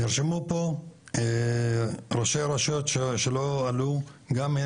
נרשמו פה ראשי רשויות שלא עלו, גם אם